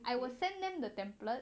I will send them the template